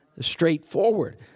straightforward